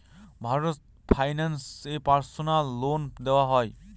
Bharat finance এ personal loan দেওয়া হয়?